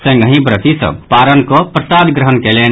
संगहि व्रति सभ पारण कऽ प्रसाद ग्रहण कयलनि